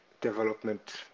development